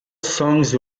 songs